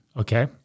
Okay